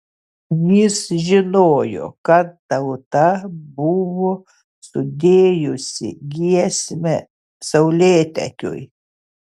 jis žinojo kad tauta buvo sudėjusi giesmę saulėtekiui